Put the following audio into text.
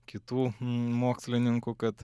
kitų mokslininkų kad